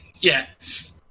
Yes